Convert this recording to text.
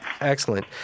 Excellent